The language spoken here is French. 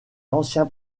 l’ancien